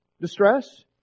Distress